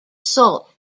salt